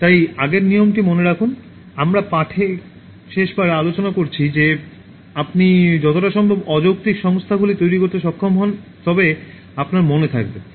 তাই আগের নিয়মটি মনে রাখুন আমরা শেষ পাঠে আলোচনা করেছি যে আপনি যতটা সম্ভব অযৌক্তিক সংস্থাগুলি তৈরি করতে সক্ষম হন তবে আপনার মনে থাকবে